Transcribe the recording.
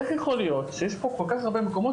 איך יכול להיות שיש פה כל כך הרבה מקומות